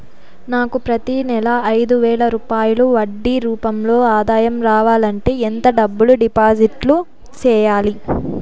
నాకు ప్రతి నెల ఐదు వేల రూపాయలు వడ్డీ రూపం లో ఆదాయం రావాలంటే ఎంత డబ్బులు డిపాజిట్లు సెయ్యాలి?